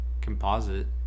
composite